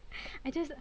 I just